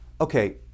Okay